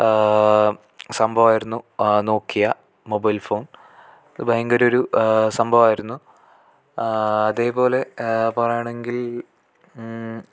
സംഭവമായിരുന്നു Nokia mobile phone ഇത് ഭയങ്കരൊരു സംഭവമായിരുന്നു അതേപോലെ പറയാണെങ്കിൽ